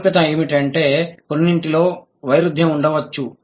సారూప్యత ఏమిటంటే కొన్నింటిలో వైరుధ్యం ఉండవచ్చు